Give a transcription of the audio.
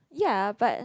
ya but